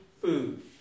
food